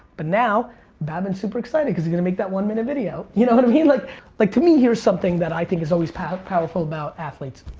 but now babin's super excited cause he's gonna make that one minute video, you know but i mean like like to me, here's something that i think is always powerful powerful about athletes.